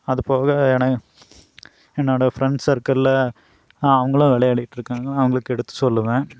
அதுபோக என என்னோடய ஃப்ரெண்ட் சர்க்கிளில் அவங்களும் விளையாட்டிகிட்டு இருக்காங்க அவங்களுக்கு எடுத்து சொல்லுவேன்